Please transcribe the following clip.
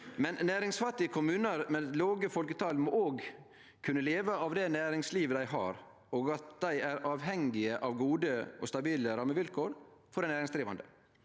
må næringsfattige kommunar med lågt folketal òg kunne leve av det næringslivet dei har, og dei er avhengige av gode og stabile rammevilkår for dei næringsdrivande.